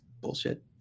bullshit